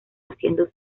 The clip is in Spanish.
haciendo